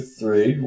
three